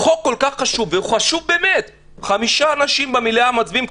זה חוק כל כך חשוב הוא חשוב באמת חמישה אנשים במליאה מצביעים עליו,